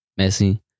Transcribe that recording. Messi